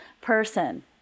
person